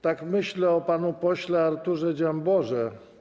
Tak myślę o panu pośle Arturze Dziamborze.